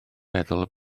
meddwl